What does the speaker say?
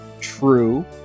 True